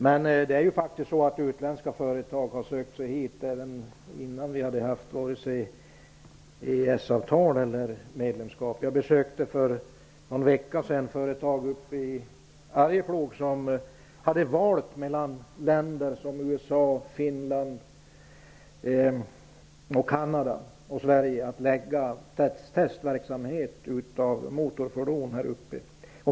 Men utländska företag har sökt sig hit även innan vi haft vare sig Jag besökte för någon vecka sedan ett företag uppe i Arjeplog som hade valt mellan länder som USA, Finland, Canada och Sverige när det gällde förläggning av testverksamhet av motorfordon.